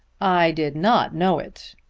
i did not know it,